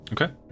Okay